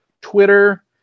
Twitter